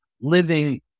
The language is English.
living